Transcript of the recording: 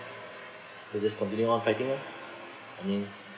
so just continue on fighting lor mm